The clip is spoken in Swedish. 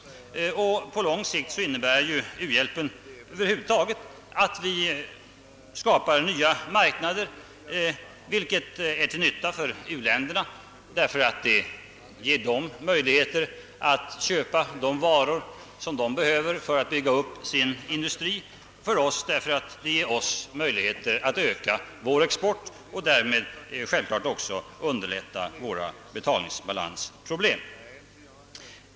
På lång sikt innebär u-hjälpen över huvud taget att vi skapar nya marknader, vilket är till nytta för u-länderna, därför att det ger dem möjligheter att köpa de varor som de behöver för att bygga upp sin industri och för oss därför att det ger oss möjligheter att öka vår export, vilket underlättar våra betalningsbalansproblem.